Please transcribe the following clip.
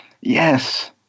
Yes